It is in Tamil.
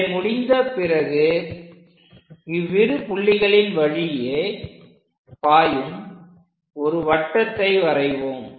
இவை முடிந்த பிறகு இவ்விரு புள்ளிகளின் வழியே பாயும் ஒரு வட்டத்தை வரைவோம்